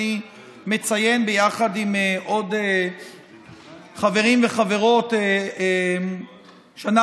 אני מציין ביחד עם עוד חברים וחברות בשנה